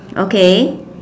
okay